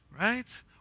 Right